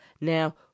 now